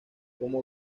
como